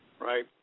right